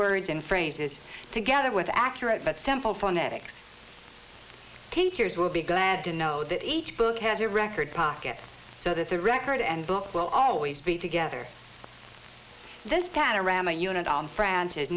words and phrases together with accurate but simple phone ethics teachers will be glad to know that each book has a record pocket so that the record and book will always be together this data ram a unit on france